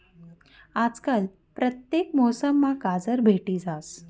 आजकाल परतेक मौसममा गाजर भेटी जास